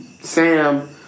Sam